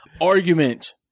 argument